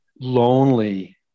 lonely